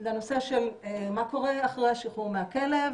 לנושא של מה קורה אחרי השחרור מהכלא.